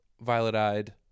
Violet-Eyed